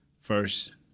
first